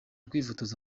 kwifotoza